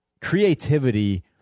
creativity